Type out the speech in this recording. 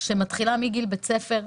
שמתחילה מגיל בית ספר,